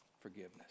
forgiveness